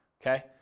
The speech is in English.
okay